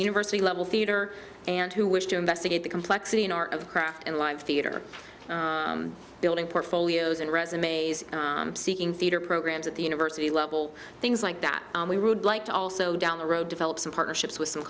university level theater and who wish to investigate the complexity in art of craft and live theater building portfolios and resumes seeking theater programs at the university level things like that we would like to also down the road develop some partnerships with some